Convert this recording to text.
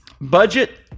Budget